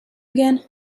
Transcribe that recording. again